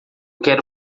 quero